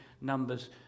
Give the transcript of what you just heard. Numbers